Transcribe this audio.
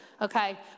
okay